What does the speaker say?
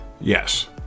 yes